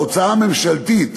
ההוצאה הממשלתית,